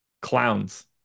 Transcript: Clowns